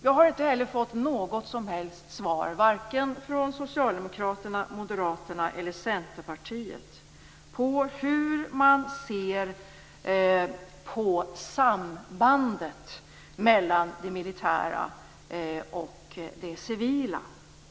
Jag har inte heller fått något som helst svar från varken Socialdemokraterna, Moderaterna eller Centerpartiet på frågan hur man ser på sambandet mellan den militära och den civila underrättelsetjänsten.